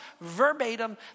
verbatim